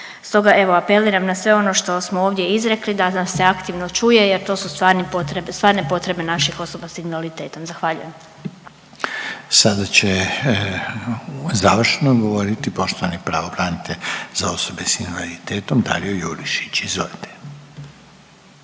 Stoga evo apeliram na sve ono što smo ovdje izrekli da nas se aktivno čuje jer to su stvarne potrebe naših osoba s invaliditetom, zahvaljujem. **Reiner, Željko (HDZ)** Sada će završno govoriti poštovani pravobranitelj za osobe s invaliditetom Dario Jurišić, izvolite.